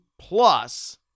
plus